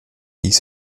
dies